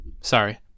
Sorry